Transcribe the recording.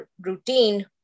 routine